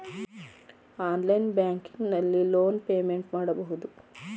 online banking ನಲ್ಲಿ loan payment ಮಾಡಬಹುದು